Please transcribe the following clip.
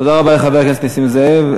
תודה רבה לחבר הכנסת נסים זאב.